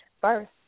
first